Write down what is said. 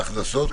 ההכנסות,